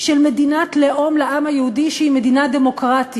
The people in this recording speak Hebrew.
של מדינת לאום לעם היהודי, שהיא מדינה דמוקרטית.